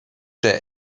der